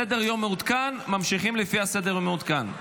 סדר-היום מעודכן, ממשיכים לפי הסדר המעודכן.